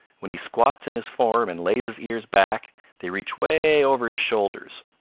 when he squats in his form and lays his ears back they reach way over his shoulders.